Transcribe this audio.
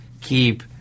keep